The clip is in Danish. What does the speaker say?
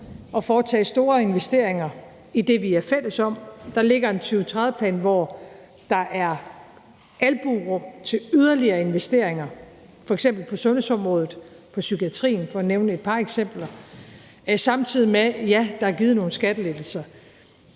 at foretage store investeringer i det, vi er fælles om – der ligger en 2030-plan, hvor der er albuerum til yderligere investeringer, f.eks. på sundhedsområdet og inden for psykiatrien for at nævne et par eksempler – samtidig med at der, ja, er givet nogle skattelettelser.